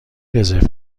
رزرو